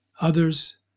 others